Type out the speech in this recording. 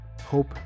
Hope